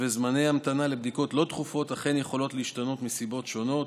וזמני המתנה לבדיקות לא דחופות אכן יכולים להשתנות מסיבות שונות,